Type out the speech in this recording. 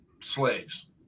slaves